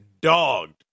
dogged